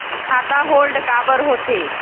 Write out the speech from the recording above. खाता होल्ड काबर होथे?